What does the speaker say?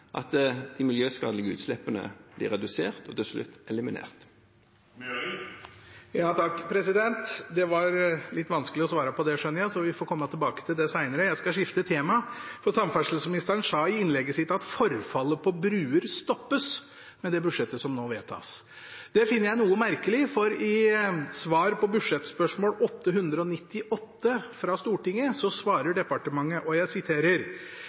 at de miljøskadelige utslippene blir redusert og til slutt eliminert. Det var litt vanskelig å svare på det, skjønner jeg, så vi får kommer tilbake til det senere. Jeg skal skifte tema. Samferdselsministeren sa i innlegget sitt at forfallet på broer stoppes med det budsjettet som nå vedtas. Det finner jeg noe merkelig, for i svar på budsjettspørsmål 898 fra Stortinget, svarer departementet: «Det må derfor ventes at vedlikeholdsetterslepet vil øke for noen vegobjekter, f.eks. bruer, vegutstyr, dreneringsanlegg og